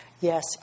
Yes